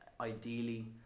ideally